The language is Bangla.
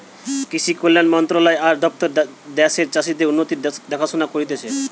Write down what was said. কৃষি কল্যাণ মন্ত্রণালয় আর দপ্তর দ্যাশের চাষীদের উন্নতির দেখাশোনা করতিছে